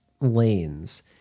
lanes